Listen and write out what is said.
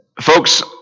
Folks